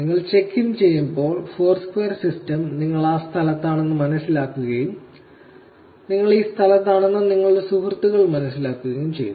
നിങ്ങൾ check in ചെയ്യുമ്പോൾ Foursquare system നിങ്ങൾ ആ സ്ഥലത്താണെന്ന് മനസ്സിലാക്കുകയും നിങ്ങൾ ഈ സ്ഥലത്താണെന്ന് നിങ്ങളുടെ സുഹൃത്തുക്കൾ മനസ്സിലാക്കുകയും ചെയ്യും